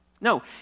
No